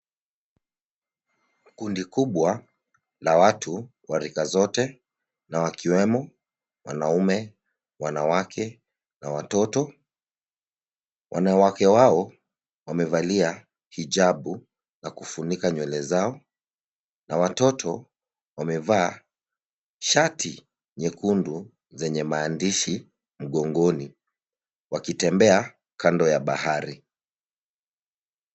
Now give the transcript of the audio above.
Kundi kubwa la watu wa rika zote, na wakiwemo wanaume, wanawake na watoto. Wanawake wao wamevalia hijabu na kufunika nywele zao na watoto wamevaa shati nyekundu zenye maandishi mgongoni wakitembea kando ya bahari.